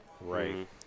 Right